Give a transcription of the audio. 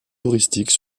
touristiques